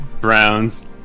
Browns